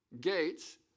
gates